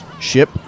ship